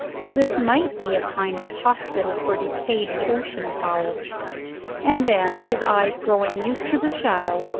for this might be a kind of hospital for decayed ocean-fowl and then, his eyes growing used to the shadow,